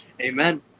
Amen